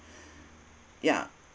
yeah